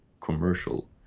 commercial